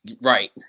Right